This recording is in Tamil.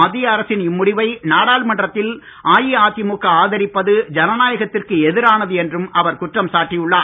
மத்திய அரசின் இம்முடிவை நாடாளுமன்றத்தில் அஇஅதிமுக ஆதரிப்பது ஜனநாயகத்திற்கு எதிரானது என்றும் அவர் குற்றம் சாட்டி உள்ளார்